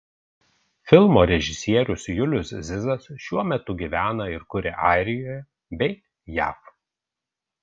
filmo režisierius julius zizas šiuo metu gyvena ir kuria airijoje bei jav